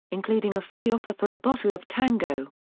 including a free offer for a bottle of tango.